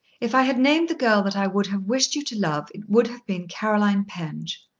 if i had named the girl that i would have wished you to love, it would have been caroline penge.